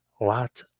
lot